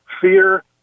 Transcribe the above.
fear